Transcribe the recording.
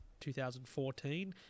2014